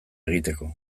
egiteko